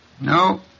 No